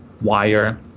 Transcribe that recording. Wire